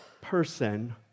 person